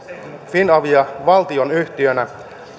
finavia valtionyhtiönä